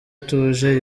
atuje